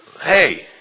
Hey